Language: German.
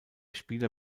spieler